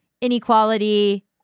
inequality